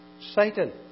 Satan